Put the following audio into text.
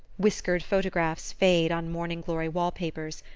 whiskered photographs fade on morning-glory wallpapers,